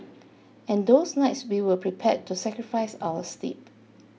and those nights we were prepared to sacrifice our sleep